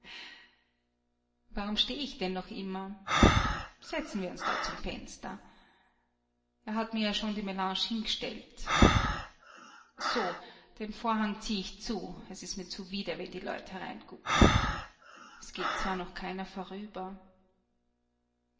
warum steh ich denn noch immer setzen wir uns da zum fenster er hat mir ja schon die melange hingestellt so den vorhang zieh ich zu es ist mir zuwider wenn die leut hereingucken es geht zwar noch keiner vorüber